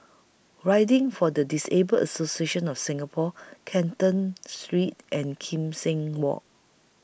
Riding For The Disabled Association of Singapore Canton Street and Kim Seng Walk